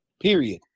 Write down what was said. Period